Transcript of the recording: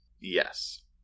Yes